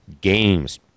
Games